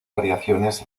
variaciones